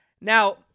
Now